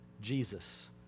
Jesus